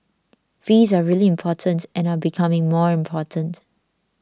fees are really important and are becoming more important